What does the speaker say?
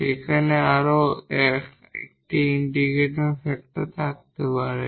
সেখানে আরো integrating factor থাকতে পারে